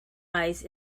eyes